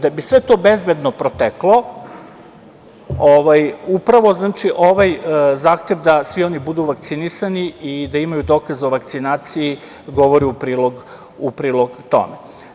Da bi sve to bezbedno proteklo, upravo ovaj zahtev da svi oni budu vakcinisani i da imaju dokaz o vakcinaciji govore u prilog tome.